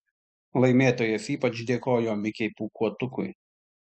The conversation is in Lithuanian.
laimėtojas ypač dėkojo mikei pūkuotukui